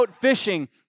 fishing